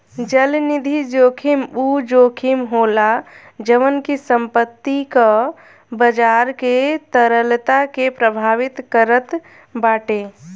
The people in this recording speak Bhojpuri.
चलनिधि जोखिम उ जोखिम होला जवन की संपत्ति कअ बाजार के तरलता के प्रभावित करत बाटे